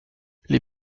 les